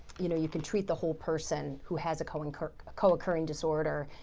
you know, you can treat the whole person who has a co-occurring co-occurring disorder,